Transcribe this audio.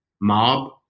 mob